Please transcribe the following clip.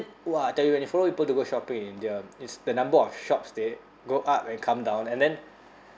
!wah! I tell you when you follow people to go shopping in india it's the number of shops they go up and come down and then